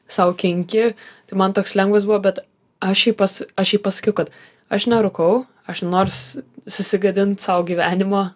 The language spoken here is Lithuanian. sau kenki tai man toks lengvas buvo bet aš jai pas aš jai pasakiau kad aš nerūkau aš nenoriu susi susigadint sau gyvenimo